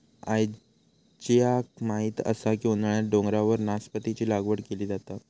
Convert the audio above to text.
अजयाक माहीत असा की उन्हाळ्यात डोंगरावर नासपतीची लागवड केली जाता